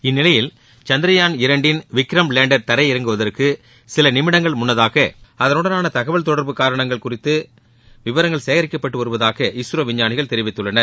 இந்நிலையில் சந்திரயான் இரண்டின் விக்ரம் லேண்டர் தரையிறங்குவதற்கு சில நிமிடங்கள் முன்னதாக அதன் உடனான தகவல் தொடா்பு காரணங்கள் குறித்த விபரங்கள் சேகரிக்கப்பட்டு வருவதாக இஸ்ரோ விஞ்ஞானிகள் தெரிவித்துள்ளனர்